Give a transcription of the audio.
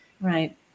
Right